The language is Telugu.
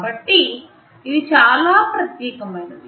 కాబట్టి ఇది చాలా ప్రత్యేక మైనది